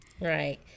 Right